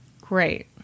Great